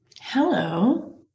Hello